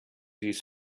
his